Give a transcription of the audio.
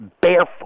Barefoot